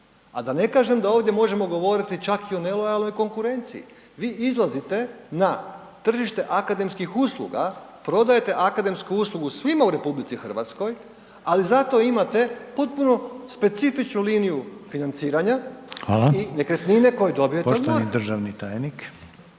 a da ne kažem da ovdje možemo govoriti čak i o nelojalnoj konkurenciji. Vi izlazite na tržište akademskih usluga, prodajete akademsku uslugu svima u RH, ali zato imate potpuno specifičnu liniju financiranja i nekretnine koje dobijete od